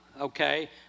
Okay